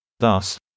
Thus